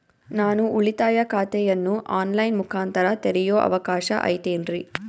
ನಾನು ಉಳಿತಾಯ ಖಾತೆಯನ್ನು ಆನ್ ಲೈನ್ ಮುಖಾಂತರ ತೆರಿಯೋ ಅವಕಾಶ ಐತೇನ್ರಿ?